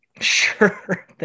Sure